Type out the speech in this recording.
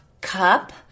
cup